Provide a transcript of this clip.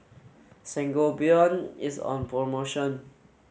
Sangobion is on promotion